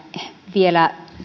vielä